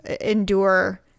endure